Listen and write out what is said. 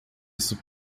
isso